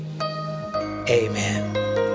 Amen